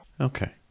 Okay